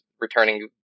returning